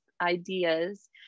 ideas